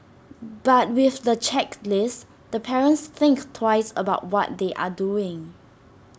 but with the checklist the parents think twice about what they are doing